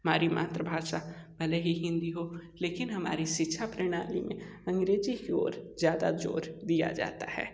हमारी मातृभाषा भले ही हिंदी हो लेकिन हमारी शिक्षा प्रणाली में अंग्रेजी की ओर ज़्यादा जोर दिया जाता है